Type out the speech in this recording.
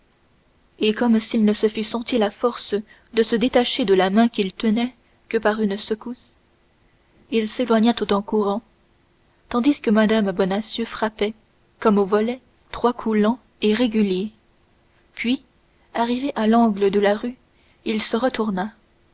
et comme s'il ne se fût senti la force de se détacher de la main qu'il tenait que par une secousse il s'éloigna tout courant tandis que mme bonacieux frappait comme au volet trois coups lents et réguliers puis arrivé à l'angle de la rue il se retourna